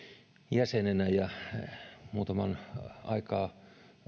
jäsenenä ja muutaman aikaa